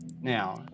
Now